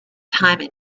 time